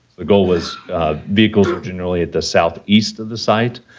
the goal was vehicles are generally at the southeast of the site,